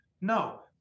No